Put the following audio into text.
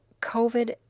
COVID